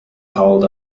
called